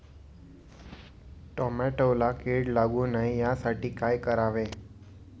टोमॅटोला कीड लागू नये यासाठी काय करावे?